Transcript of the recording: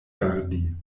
gardi